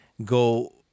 go